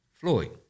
Floyd